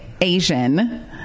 Asian